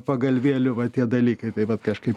pagalvėlių va tie dalykai tai vat kažkaip